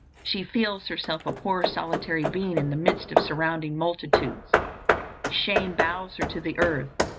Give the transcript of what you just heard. she feels herself a poor solitary being in the midst of surrounding multitudes shame bows her to the earth,